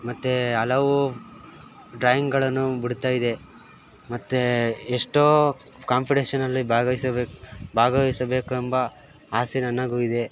ಮತ್ತು ಹಲವು ಡ್ರಾಯಿಂಗಳನ್ನು ಬಿಡ್ತಾಯಿದ್ದೆ ಮತ್ತೆ ಎಷ್ಟೋ ಕಾಂಪಿಟೇಷನಲ್ಲಿ ಭಾಗವಹಿಸಬೇಕು ಭಾಗವಹಿಸಬೇಕು ಎಂಬ ಆಸೆ ನನಗೂ ಇದೆ